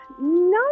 No